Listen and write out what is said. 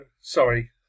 Sorry